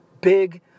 big